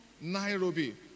Nairobi